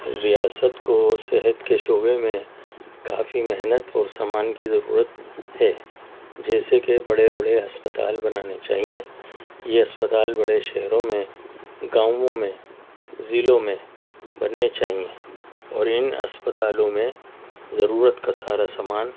ریاست کو صحت کے شعبہ میں کافی محنت اور سامان کی ضرورت ہے جیسے کہ بڑے بڑے اسپتال بنانے چاہئیں یہ اسپتال بڑے شہروں میں گاؤوں میں ضلعوں میں بننے چاہئیں اور ان اسپتالوں میں ضرورت کا سارا سامان